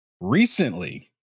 recently